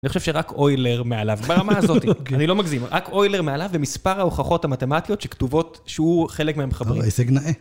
אני חושב שרק אוילר מעליו, ברמה הזאת, אני לא מגזים. רק אוילר מעליו ומספר ההוכחות המתמטיות שכתובות שהוא חלק מהמחברים. הישג נאה.